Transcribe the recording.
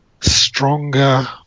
stronger